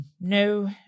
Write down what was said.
No